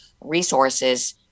resources